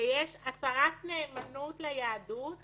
שיש הצהרת נאמנות ליהדות